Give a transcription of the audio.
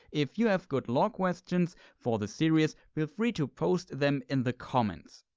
if you have good lore questions for this series, feel free to post them in the comments.